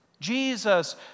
Jesus